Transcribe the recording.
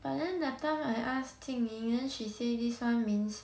but then that time I asked jing ying then she say this one means